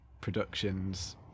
productions